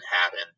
happen